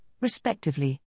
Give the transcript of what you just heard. respectively